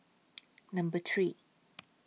Number three